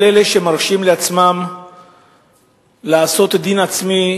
כל אלה שמרשים לעצמם לעשות דין עצמי,